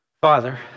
Father